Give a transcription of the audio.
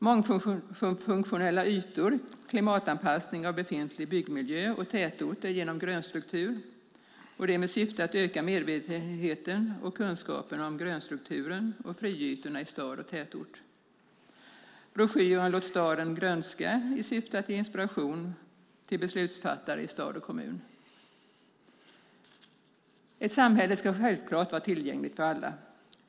Mångfunktionella ytor - Klimatanpassning av befintlig bebyggd miljö i städer och tätorter genom grönstruktur syftar till att öka medvetenheten och kunskapen om grönstrukturen och friytorna i stad och tätort. Broschyren Låt staden grönska syftar till att ge inspiration till beslutsfattare i stad och kommun. Ett samhälle ska självklart vara tillgängligt för alla.